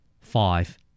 Five